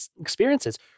experiences